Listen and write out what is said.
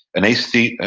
an aesthete, ah